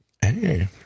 hey